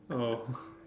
oh